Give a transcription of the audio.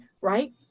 right